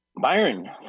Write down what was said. Byron